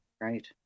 Right